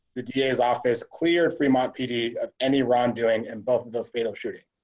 the da his office clear fremont pd of any wrongdoing and both of those fatal shooting.